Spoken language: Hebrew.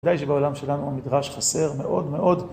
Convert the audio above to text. ודאי שבעולם שלנו המדרש חסר מאוד מאוד.